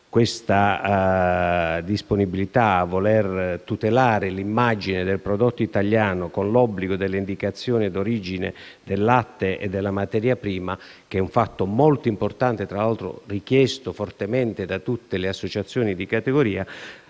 la disponibilità del Governo a tutelare l'immagine del prodotto italiano, con l'obbligo dell'indicazione di origine del latte e della materia prima, che è un fatto molto importante, richiesto fortemente da tutte le associazione di categoria.